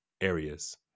areas